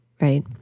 Right